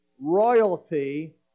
royalty